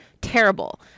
terrible